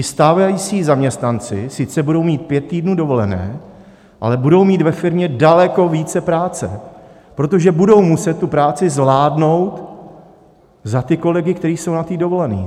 Stávající zaměstnanci sice budou mít pět týdnů dovolené, ale budou mít ve firmě daleko více práce, protože budou muset práci zvládnout za ty kolegy, kteří jsou na dovolené.